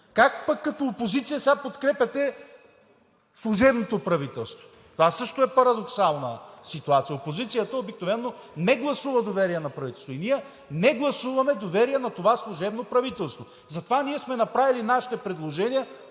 Как пък като опозиция сега подкрепяте служебното правителство? Това също е парадоксална ситуация. Опозицията обикновено не гласува доверие на правителството и ние не гласуваме доверие на това служебно правителство. Затова ние сме направили нашите предложения,